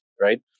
right